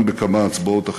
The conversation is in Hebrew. גם בכמה הצבעות אחרות.